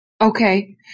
Okay